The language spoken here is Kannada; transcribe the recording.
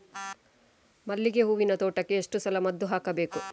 ಮಲ್ಲಿಗೆ ಹೂವಿನ ತೋಟಕ್ಕೆ ಎಷ್ಟು ಸಲ ಮದ್ದು ಹಾಕಬೇಕು?